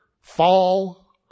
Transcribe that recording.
fall